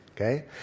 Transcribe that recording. Okay